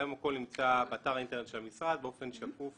היום הכול נמצא באתר האינטרנט של המשרד באופן שקוף